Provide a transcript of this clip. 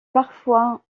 parfois